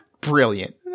brilliant